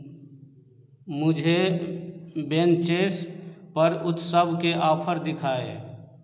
मुझे बेंचेस पर उत्सव के ऑफ़र दिखाएँ